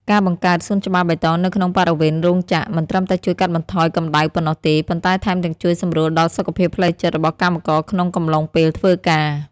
ការបង្កើតសួនច្បារបៃតងនៅក្នុងបរិវេណរោងចក្រ មិនត្រឹមតែជួយកាត់បន្ថយកម្ដៅប៉ុណ្ណោះទេ ប៉ុន្តែថែមទាំងជួយសម្រួលដល់សុខភាពផ្លូវចិត្តរបស់កម្មករក្នុងកំឡុងពេលធ្វើការ។